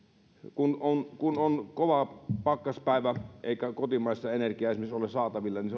kun on kun on kova pakkaspäivä eikä kotimaista energiaa ole saatavilla niin